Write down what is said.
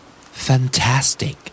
Fantastic